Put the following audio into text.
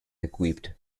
equipped